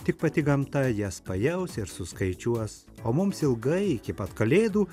tik pati gamta jas pajaus ir suskaičiuos o mums ilgai iki pat kalėdų